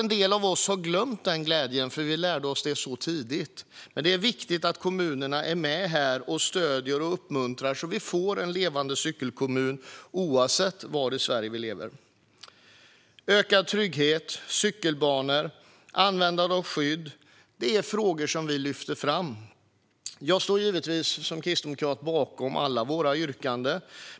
En del av oss har glömt den glädjen eftersom vi lärde oss att cykla tidigt. Det är viktigt att kommunerna är med och ger stöd och uppmuntran så att det blir en levande cykelkommun, oavsett var i Sverige man lever. Ökad trygghet, cykelbanor och användandet av olika skydd är frågor som vi lyfter fram. Som kristdemokrat står jag givetvis bakom alla våra yrkanden.